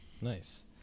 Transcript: nice